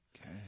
Okay